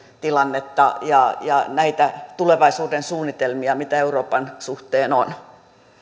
tilannetta ja ja näitä tulevaisuudensuunnitelmia mitä euroopan suhteen on